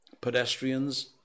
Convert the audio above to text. Pedestrians